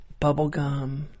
Bubblegum